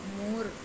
more